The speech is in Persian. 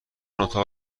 اتاق